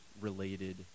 related